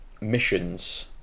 missions